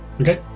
Okay